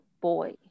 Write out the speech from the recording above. boy